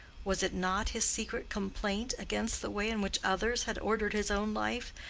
was it not his secret complaint against the way in which others had ordered his own life,